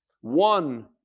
One